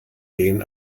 gehen